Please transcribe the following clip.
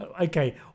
okay